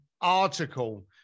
article